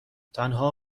تنها